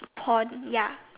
pond ya